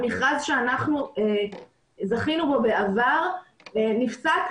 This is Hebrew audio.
המכרז שאנחנו זכינו בו בעבר נפסק,